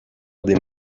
des